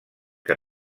que